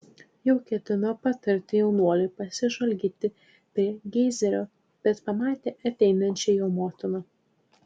jau ketino patarti jaunuoliui pasižvalgyti prie geizerio bet pamatė ateinančią jo motiną